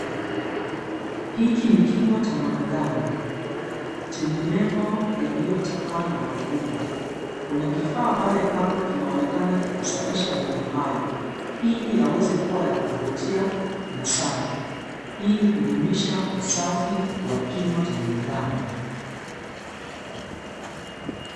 Hiki ni kinywa cha mwanadamu chenye meno yaliyochakaa na makubwa, kuna kifaa pale kando kinaonekana kikisafisha meno hayo ili yaweze kua ya kuvutia na safi ili kudumisha usafi wa kinywa cha mwanadamu.